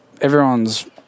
everyone's